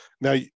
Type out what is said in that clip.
Now